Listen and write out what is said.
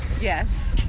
yes